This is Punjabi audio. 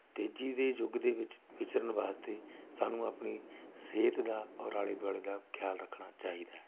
ਤੇਜ਼ੀ ਦੇ ਯੁੱਗ ਦੇ ਵਿੱਚ ਵਿਚਰਨ ਵਾਸਤੇ ਸਾਨੂੰ ਆਪਣੀ ਸਿਹਤ ਦਾ ਔਰ ਆਲੇ ਦੁਆਲੇ ਦਾ ਖਿਆਲ ਰੱਖਣਾ ਚਾਹੀਦਾ ਹੈ